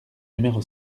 numéro